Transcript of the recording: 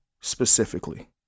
specifically